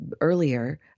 earlier